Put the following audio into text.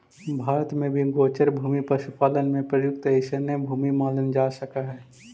भारत में भी गोचर भूमि पशुपालन में प्रयुक्त अइसने भूमि मानल जा सकऽ हइ